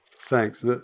Thanks